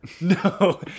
No